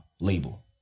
Label